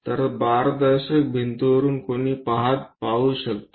तर पारदर्शक भिंतीवरुन कुणी पाहू शकतो